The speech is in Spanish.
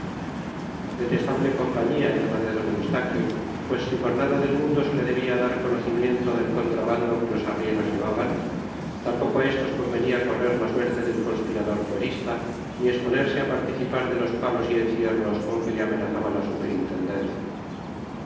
detestable compañía era la de d eustaquio pues si por nada del mundo se le debía dar conocimiento del contrabando que los arrieros llevaban tampoco a estos convenía correr la suerte del conspirador fuerista ni exponerse a participar de los palos y encierros con que le amenazaba la superintendencia